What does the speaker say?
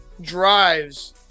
drives –